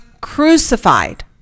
crucified